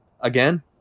again